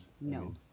No